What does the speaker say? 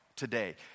today